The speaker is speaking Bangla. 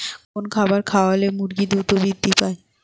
কোন খাবার খাওয়ালে মুরগি দ্রুত বৃদ্ধি পায়?